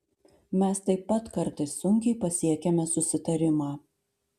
mes taip pat kartais sunkiai pasiekiame susitarimą